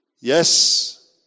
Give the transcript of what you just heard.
Yes